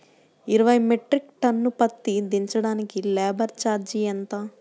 ఇరవై metric ton పత్తి దించటానికి లేబర్ ఛార్జీ ఎంత?